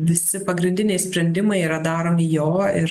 visi pagrindiniai sprendimai yra daromi jo ir